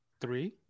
Three